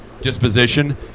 disposition –